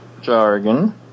Jargon